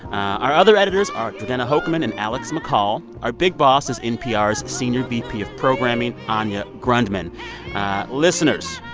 our other editors are jordana hochman and alex mccall. our big boss is npr's senior vp of programming, anya grundmann listeners,